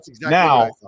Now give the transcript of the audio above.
now